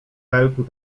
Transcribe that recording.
felku